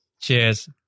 Cheers